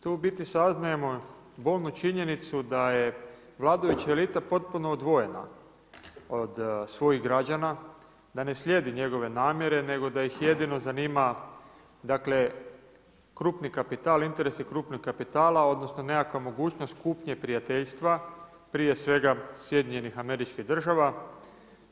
Tu u biti, saznajemo bolnu činjenicu da je vladajuća elita potpuno odvojena od svojih građana, da se slijedi njegove namjere nego da ih jedino zanima dakle, krupni kapital, interesi krupnog kapitala, odnosno nekakva mogućnost kupnje prijateljstva prije svega, SAD-a.